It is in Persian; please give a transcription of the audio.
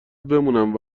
بمونم